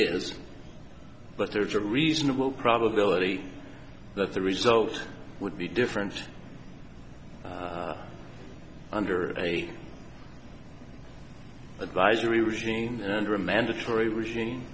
is but there's a reasonable probability that the result would be different under a advisory regime under a mandatory regime